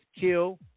kill